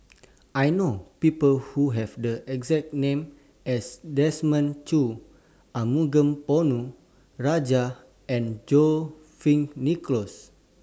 I know People Who Have The exact name as Desmond Choo Arumugam Ponnu Rajah and John Fearns Nicoll